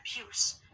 abuse